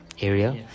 area